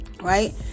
right